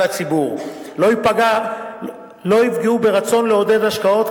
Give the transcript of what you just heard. הציבור ולא יפגע ברצון לעודד השקעות,